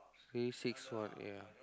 three six one ya